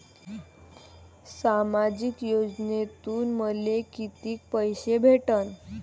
सामाजिक योजनेतून मले कितीक पैसे भेटन?